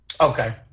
Okay